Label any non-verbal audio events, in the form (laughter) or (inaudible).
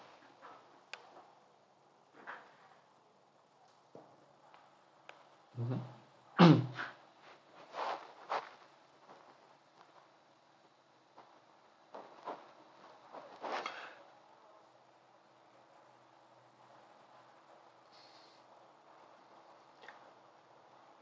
mmhmm (noise) (breath) (noise)